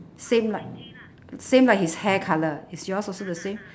same like same like his hair colour is yours also the same